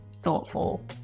thoughtful